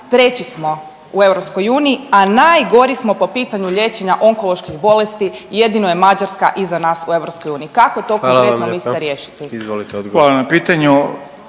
treći smo u EU, a najgori smo po pitanju liječenja onkoloških bolesti, jedino je Mađarska iza nas u EU, kako to konkretno mislite riješiti? **Jandroković, Gordan (HDZ)** Hvala vam lijepa.